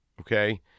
Okay